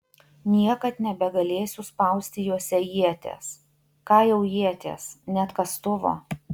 niekad nebegalėsiu spausti juose ieties ką jau ieties net kastuvo